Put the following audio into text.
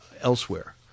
elsewhere